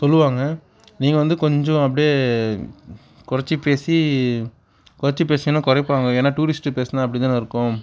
சொல்லுவாங்க நீங்கள் வந்து கொஞ்சம் அப்படியே குறைச்சி பேசி குறைச்சி பேசி வேணால் குறைப்பாங்க ஏன்னால் டூரிஸ்ட்டு பிளேஸ்னால் அப்படி தானே இருக்கும்